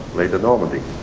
later normandy.